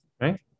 Right